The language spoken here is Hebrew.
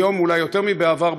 היום אולי יותר מבעבר,